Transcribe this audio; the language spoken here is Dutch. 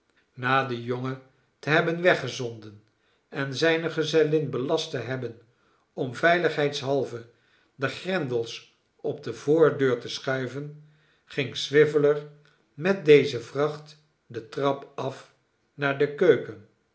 na den jongen te hebben weggezonden en zijne gezellin belast te hebben om veiligheidshalve de grendels op de voordeur te schuiven ging swiveller met deze vracht de trap af naar de keuken